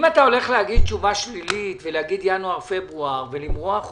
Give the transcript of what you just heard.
אם אתה הולך להגיד תשובה שלילית ולהגיד ינואר-פברואר ולמרוח אותנו,